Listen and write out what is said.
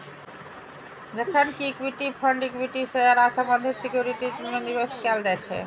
जखन कि equity fund equity share आ संबंधित सिक्योरिटीज मे निवेश कैल जाइ छै